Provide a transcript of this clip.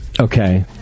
Okay